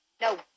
No